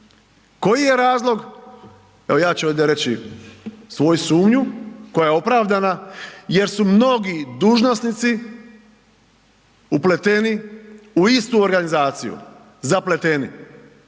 Koji je razlog? Evo ja ću ovdje reći svoju sumnju koja je opravdana jer su mnogi dužnosnici upleteni u istu organizaciju, zapleteni.